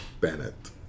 Bennett